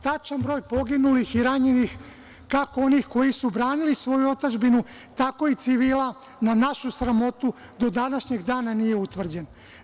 Tačan broj poginulih i ranjenih, kako onih koji su branili svoju otadžbinu, tako i civila, na našu sramotu, do današnjeg dana nije utvrđen.